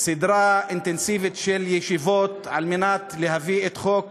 סדרה אינטנסיבית של ישיבות כדי להביא את חוק